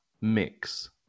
mix